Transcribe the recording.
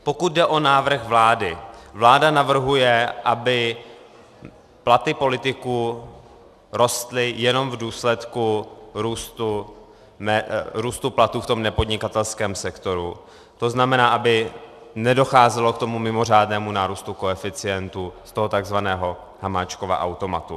Pokud jde o návrh vlády, vláda navrhuje, aby platy politiků rostly jenom v důsledku růstu platů v nepodnikatelském sektoru, to znamená, aby nedocházelo k mimořádnému nárůstu koeficientu z toho takzvaného Hamáčkova automatu.